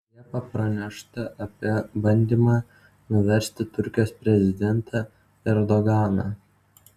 liepą pranešta apie bandymą nuversti turkijos prezidentą erdoganą